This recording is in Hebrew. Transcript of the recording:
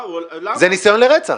זה ניסיון לרצח.